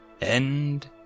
End